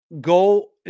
Go